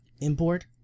import